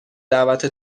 دعوت